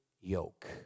yoke